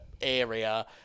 area